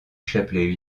chapelet